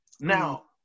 Now